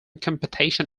competition